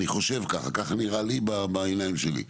אני חושב, ככה נראה לי בעיניים שלי.